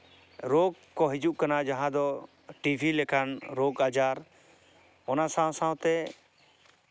ᱨᱳᱜᱽ ᱠᱚ ᱦᱤᱡᱩᱜ ᱠᱟᱱᱟ ᱡᱟᱦᱟᱸ ᱫᱚ ᱴᱤᱵᱷᱤ ᱞᱮᱠᱟᱱ ᱨᱳᱜᱽ ᱟᱡᱟᱨ ᱚᱱᱟ ᱥᱟᱶ ᱥᱟᱶᱛᱮ